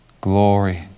Glory